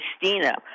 Christina